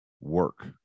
work